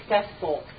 successful